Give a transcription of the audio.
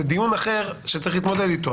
זה דיון אחר שצריך להתמודד איתו,